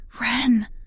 Ren